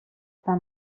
sant